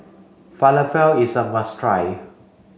Falafel is a must try